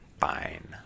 Fine